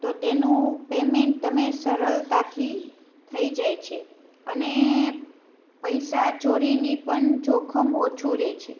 તો તેનું પેમેન્ટ તમે સરળતાથી થઈ જાય છે અને પૈસા ચોરીની પણ જોખમ ઓછું રહે છે